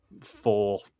four